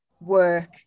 work